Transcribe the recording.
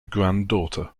granddaughter